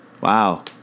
Wow